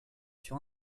sur